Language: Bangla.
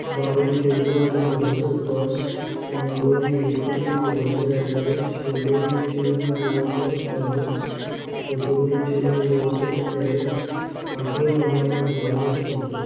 বারোই ফেব্রুয়ারি দু হাজার দশ পনেরোই এপ্রিল দু হাজার এগারো ষোলোই জুন দু হাজার বারো সতেরোই জুলাই দু হাজার তেরো আঠেরোই নভেম্বর দু হাজার চোদ্দো